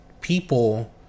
people